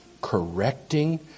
correcting